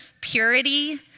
purity